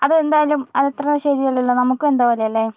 അത് എന്തായാലും അത് അത്ര ശരിയല്ലല്ലോ നമുക്കും എന്തോപോലെ അല്ലേ